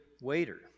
waiter